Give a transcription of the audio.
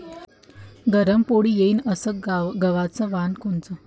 नरम पोळी येईन अस गवाचं वान कोनचं?